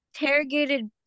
interrogated